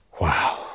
Wow